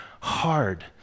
hard